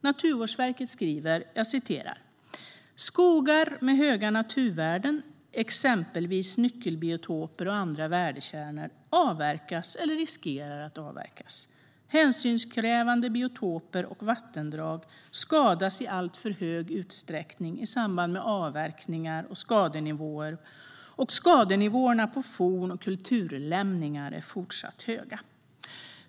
Naturvårdsverket skriver: Skogar med höga naturvärden, exempelvis nyckelbiotoper och andra värdekärnor, avverkas eller riskerar att avverkas. Hänsynskrävande biotoper och vattendrag skadas i alltför hög utsträckning i samband med avverkningar, och skadenivåerna på forn och kulturlämningar är fortsatt höga.